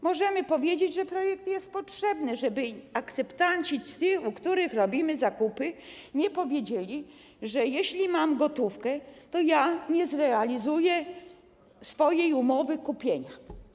Możemy powiedzieć, że projekt jest potrzebny, żeby akceptanci, ci, u których robimy zakupy, nie powiedzieli, że jeśli mam gotówkę, to ja nie zrealizuję swojej umowy zakupu.